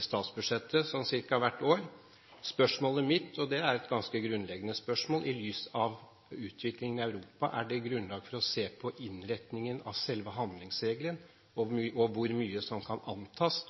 statsbudsjettet hvert år. Spørsmålet mitt – og det er et ganske grunnleggende spørsmål – er: I lys av utviklingen i Europa, er det grunnlag for å se på innretningen av selve handlingsregelen og hvor mye som kan antas